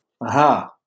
Aha